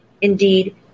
indeed